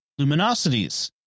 luminosities